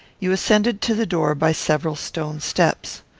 you ascended to the door by several stone steps.